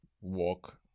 walk